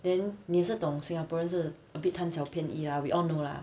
then 你也是懂 singaporean 是 a bit 贪小便宜 lah we all know lah